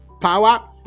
power